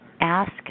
Ask